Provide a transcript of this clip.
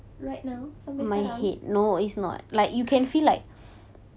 right now sampai sekarang